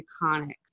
iconic